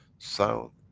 sound,